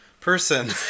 person